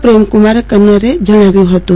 પ્રેમકુમાર કન્નરે જણાવ્યુ હતું